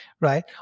right